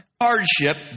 Hardship